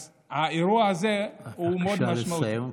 אז האירוע הזה, בבקשה לסיים.